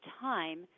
time